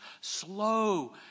slow